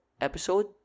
episode